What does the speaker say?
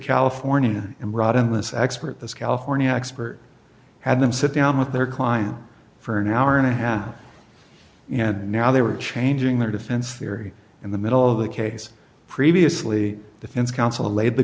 california and brought in this expert this california expert had them sit down with their client for an hour and a half and now they were changing their defense theory in the middle of the case previously defense counsel laid the